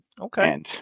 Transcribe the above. Okay